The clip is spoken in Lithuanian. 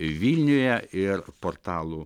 vilniuje ir portalų